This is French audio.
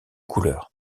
couleur